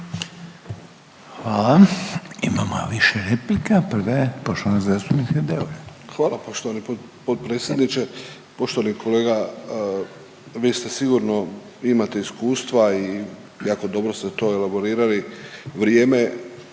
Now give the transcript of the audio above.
Hvala. Imamo više replika, prva je poštovanog zastupnika Deura. **Deur, Ante (HDZ)** Hvala poštovani potpredsjedniče, poštovani kolega, vi ste sigurno, vi imate iskustva i jako dobro ste to elaborirali vrijeme